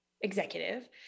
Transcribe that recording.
executive